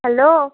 hello